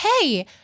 hey